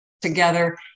together